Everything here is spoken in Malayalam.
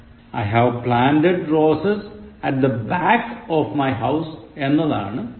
I have planted roses at the back of my house എന്നതാണു ശരി